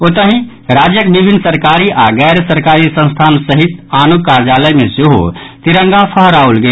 ओतहि राज्यक विभिन्न सरकारी आओर गैर सरकारी संस्थान सहित आनो कार्यालय मे सेहो तिरंगा फहराओल गेल